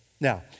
Now